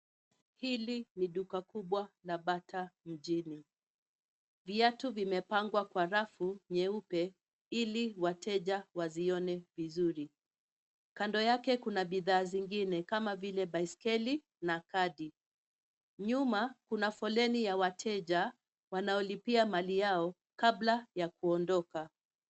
Hili ni duka kubwa la Bata mjini. Viatu vimepangwa kwa rafu nyeupe, ili wateja wazione vizuri. Kando yake kuna bidhaa zingine kama vile baiskeli na kadi. Nyuma, kuna foleni ya wateja, wanaolipia mali yao, kabla ya kuondoka.